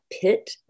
pit